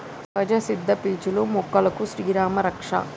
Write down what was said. సహజ సిద్ద పీచులు మొక్కలకు శ్రీరామా రక్ష